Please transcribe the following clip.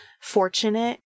fortunate